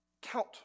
Count